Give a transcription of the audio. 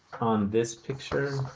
on this picture